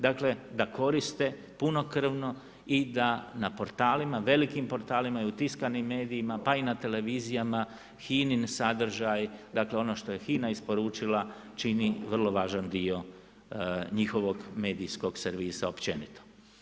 Dakle, da koriste punokrvno i da na velikim portalima i u tiskanim medijima, pa i na televizijama HINA-in sadržaj, dakle ono što je HINA isporučila, čini vrlo važan dio njihovog medijskog servisa općenito.